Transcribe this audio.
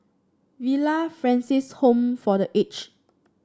Villa Francis Home for The Age